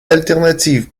alternative